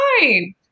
fine